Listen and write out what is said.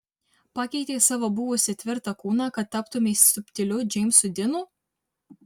pakeitei savo buvusį tvirtą kūną kad taptumei subtiliu džeimsu dinu